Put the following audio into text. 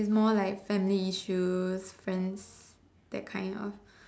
it's more like family issues friends that kind of